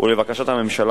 ולבקשת הממשלה,